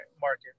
market